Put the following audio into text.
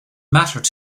mattered